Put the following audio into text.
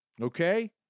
okay